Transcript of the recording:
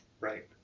Right